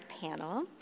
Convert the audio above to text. panel